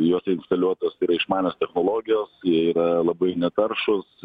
į juos instaliuotos yra išmanios technologijos jie yra labai netaršūs